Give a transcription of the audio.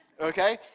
okay